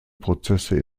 prozesse